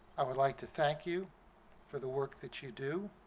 i would like to thank you for the work that you do,